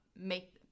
make